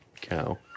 cow